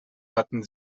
hatten